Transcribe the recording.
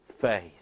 faith